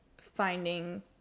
finding